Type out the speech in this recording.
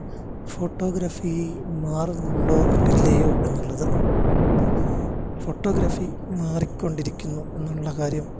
photography മാറുന്നുണ്ടോ ഇല്ലയോ എന്നുള്ളത് ഫോട്ടോഗ്രഫി മാറിക്കൊണ്ടിരിക്കുന്നു എന്നുള്ള കാര്യം